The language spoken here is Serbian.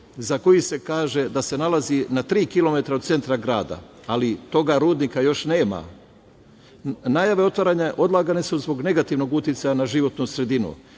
za koji se kaže da se nalazi na tri kilometra od centra grada, ali tog rudnika još nema. Najave otvaranja odlagane su zbog negativnog uticaja na životnu sredinu.